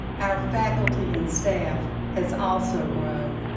our faculty and staff has also grown.